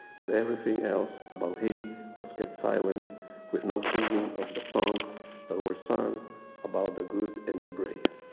but everything else about him was kept silence with no singing of the songs that were sung about the good and the brave.